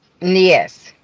Yes